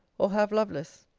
or have lovelace.